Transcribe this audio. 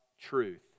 truth